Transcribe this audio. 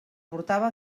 portava